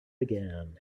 began